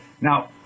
Now